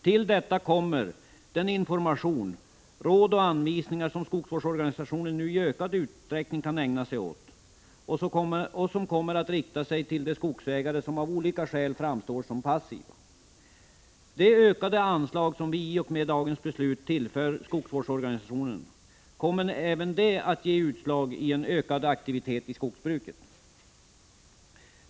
Till detta kommer den information samt de råd och anvisningar som skogsvårdsorganisationen nu i ökad utsträckning kan ägna sig åt och som kommer att rikta sig till de skogsägare som av olika skäl framstår som passiva. Det ökade anslag som vi i och med dagens beslut tillför skogsvårdsorganisationen kommer även det att ge utslag i ökad aktivitet inom skogsbruket.